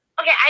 Okay